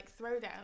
throwdown